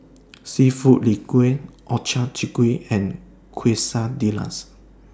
Seafood Linguine Ochazuke and Quesadillas